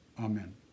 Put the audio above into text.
Amen